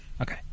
okay